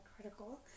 critical